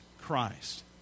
Christ